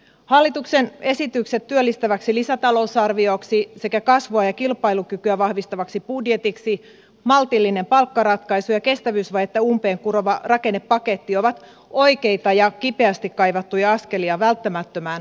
hallituksen esitykset työllistäväksi lisätalousarvioksi sekä kasvua ja kilpailukykyä vahvistavaksi budjetiksi maltillinen palkkaratkaisu ja kestävyysvajetta umpeen kurova rakennepaketti ovat oikeita ja kipeästi kaivattuja askelia välttämättömään suunnanmuutokseen